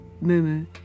Mumu